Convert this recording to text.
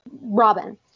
Robin